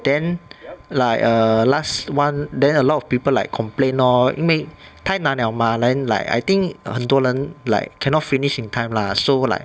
then like err last one then a lot of people like complain lor 因为太难 liao mah then like I think 很多人 like cannot finish in time lah so like